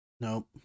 Nope